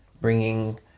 bringing